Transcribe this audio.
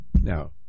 Now